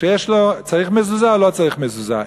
צריך מזוזה או לא צריך מזוזה?